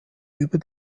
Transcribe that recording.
über